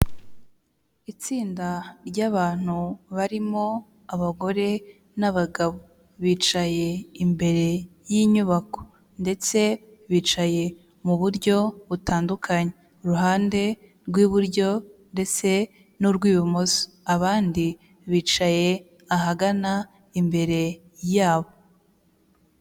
Itsinda ry'abantu barimo abagore n'abagabo, bicaye imbere y'inyubako, ndetse bicaye muburyo butandukanye, iruhande rw'iburyo ndetse n'urw'ibumoso, abandi bicaye ahagana imbere ya bo.